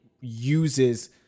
uses